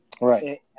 Right